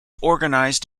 organized